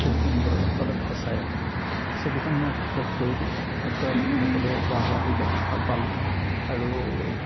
খুব সুন্দৰ সদ সঁচাই হয় ছবিখন মই আঁকি শেষ কৰিলোঁ শেষ কৰাৰ পাছত সকলোৱে বাহ্ বাহ্ দিলে ভাল পালোঁ আৰু